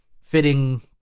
fitting